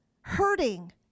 hurting